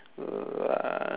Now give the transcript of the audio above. uh